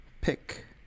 pick